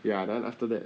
ya then after that